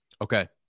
Okay